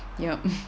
yup